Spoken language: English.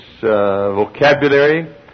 vocabulary